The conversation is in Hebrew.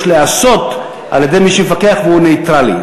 להיעשות על-ידי מי שמפקח והוא נייטרלי.